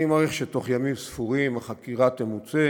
אני מעריך שבתוך ימים ספורים החקירה תמוצה.